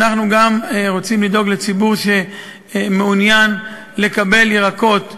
אנחנו גם רוצים לדאוג לציבור שמעוניין לקבל ירקות מחוץ-לארץ.